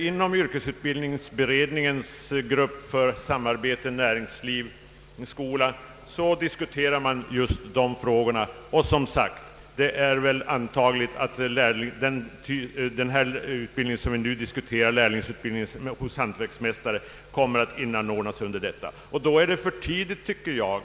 Inom yrkesutbildningsberedningens grupp för samarbete näringsliv—skola diskuterar man just dessa frågor, och det är antagligt att den lärlingsutbildning hos hantverksmästare som vi nu diskuterar kommer att inordnas i formen inbyggd undervisning.